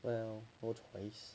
well no choice